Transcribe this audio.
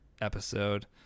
episode